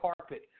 carpet